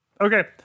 Okay